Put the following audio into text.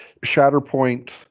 Shatterpoint